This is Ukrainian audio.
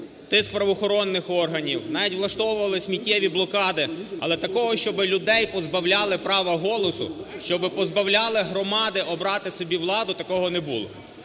тиск правоохоронних органів, навіть влаштовували сміттєві блокади, але такого, щоби людей позбавляли права голосу, щоби позбавляли громади обрати собі владу, такого не було.